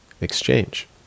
exchange